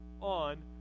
on